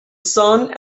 son